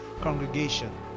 congregation